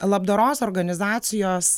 labdaros organizacijos